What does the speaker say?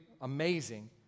amazing